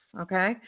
okay